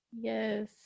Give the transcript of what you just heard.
Yes